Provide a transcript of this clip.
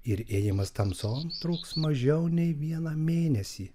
ir ėjimas tamson truks mažiau nei vieną mėnesį